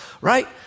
right